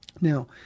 Now